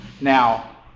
Now